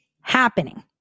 happening